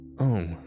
Oh